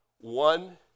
One